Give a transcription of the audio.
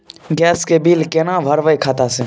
Gas के bill केना भरबै खाता से?